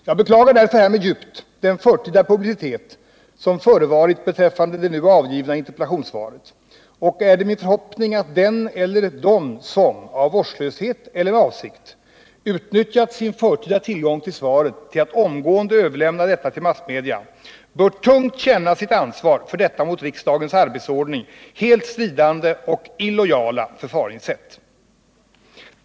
Jag beklagar därför härmed djupt den förtida publicitet som förevarit beträffande det nu avgivna interpellationssvaret. Det är min förhoppning att den eller de som —- av vårdslöshet eller avsiktligt — utnyttjat sin förtida tillgång till svaret till att omgående överlämna detta till massmedia bör tungt känna sitt ansvar för detta mot riksdagens arbetsordning helt stridande och illojala förfaringssätt.